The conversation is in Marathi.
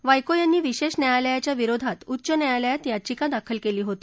वायको यांनी विशेष न्यायालयाच्या विरोधात उच्च न्यायालयात याचिका दाखल केली होती